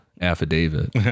affidavit